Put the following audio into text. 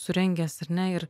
surengęs ar ne ir